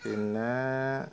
പിന്നേ